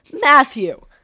Matthew